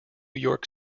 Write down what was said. york